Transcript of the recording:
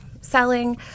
selling